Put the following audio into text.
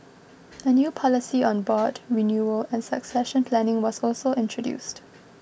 a new policy on board renewal and succession planning was also introduced